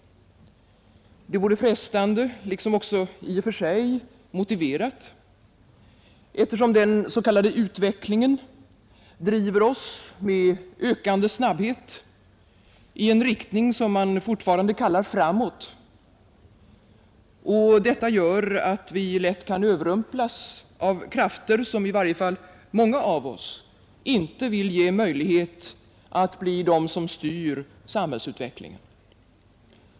Det vore frestande, liksom också i och för sig motiverat, eftersom den s.k. utvecklingen driver oss med ökande snabbhet i en riktning som man fortfarande kallar framåt, och det gör att vi lätt kan överrumplas av krafter som i varje fall många av oss inte vill ge möjlighet att bli de som styr samhällsutvecklingen.